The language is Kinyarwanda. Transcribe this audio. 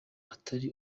atari